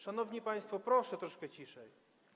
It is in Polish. Szanowni państwo, proszę troszkę ciszej.